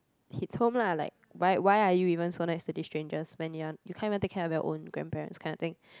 hit home lah like why why are you even so nice to this strangers when you are you can't even take care of your own grandparents kind of thing